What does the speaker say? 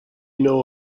know